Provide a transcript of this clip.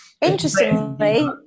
Interestingly